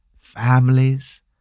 families